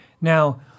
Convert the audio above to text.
Now